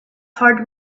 heart